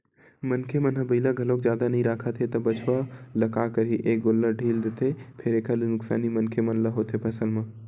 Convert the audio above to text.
मनखे मन ह बइला घलोक जादा नइ राखत हे त बछवा ल का करही ए गोल्लर ढ़ील देथे फेर एखर ले नुकसानी मनखे मन ल होथे फसल म